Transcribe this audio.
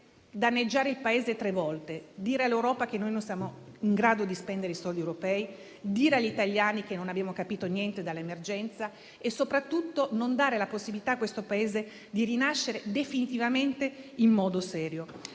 danneggiare il Paese tre volte: dire all'Europa che noi non siamo in grado di spendere i soldi europei; dire agli italiani che non abbiamo capito niente dall'emergenza e, soprattutto, non dare la possibilità a questo Paese di rinascere definitivamente in modo serio.